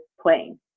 playing